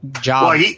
job